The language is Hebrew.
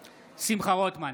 בעד שמחה רוטמן,